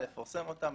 לפרסם אותם,